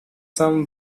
some